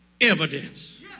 evidence